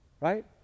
Right